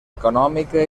econòmica